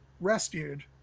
rescued